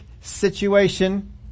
situation